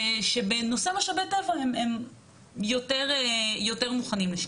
שבנושא משאבי טבע הם יותר מוכנים לשקיפות.